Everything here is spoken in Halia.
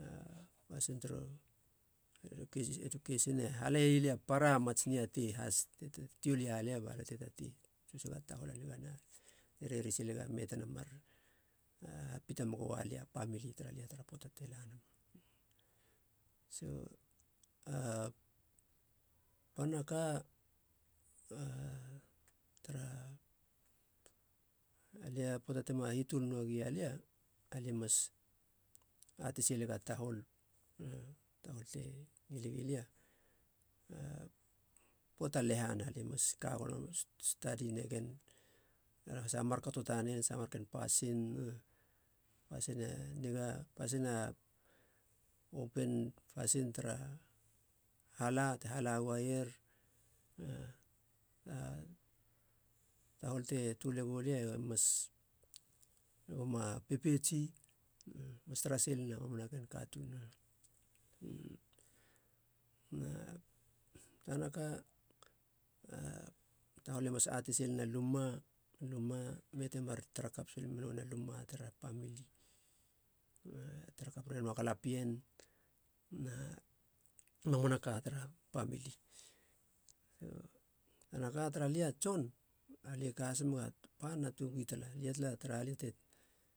A pasin turu etsukesin e halei lia a para mats niatei has ti tuol ialia, balia te tatei tsiusega tahol a niga, reri silega me tena mar hapita megoa lia pamili i tara lia tara poata te lanama. So a pana ka a tara lia, poata tema hitul nuagia lia alie mas ate silegs tahol, tahol te ngilegi lia a poata lehana lia mas ka gono megen, stadi negen tara hasiga markato tanen saha mar pasin, pasin a niga, pasin a open, pasin tara hala, te hala uaier na tahol te tölego lia e mas, e goma pepeits ii, mas tara silena mamana ken katuun na tana ka, a thol e mas atei silena luma. Luma, me te mar tara kap sil menoen a luma tara pamili ne tara kap reno a galapien na mamana ka tara pamili. So tana ka tara lia tson, alia e ka has mega a pana toukui tala, lia tala taraha lia